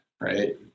right